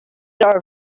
are